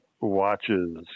watches